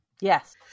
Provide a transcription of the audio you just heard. Yes